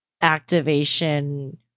activation